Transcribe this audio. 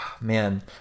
man